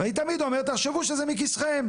ואני תמיד אומר, תחשבו שזה מכיסכם.